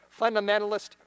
fundamentalist